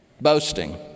boasting